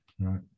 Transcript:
right